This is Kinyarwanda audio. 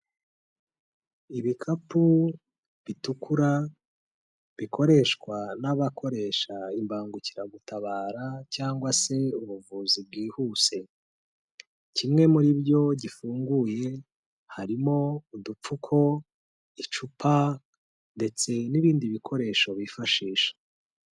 Ibikapu bitukura bikoreshwa n'abakoresha imbangukiragutabara cyangwa se ubuvuzi bwihuse. Kimwe muri byo gifunguye harimo udupfuko, icupa ndetse n'ibindi bikoresho bifashisha.